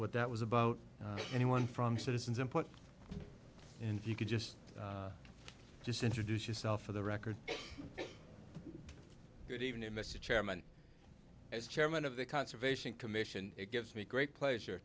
that was about anyone from citizens input and if you could just just introduce yourself for the record good evening mr chairman as chairman of the conservation commission it gives me great pleasure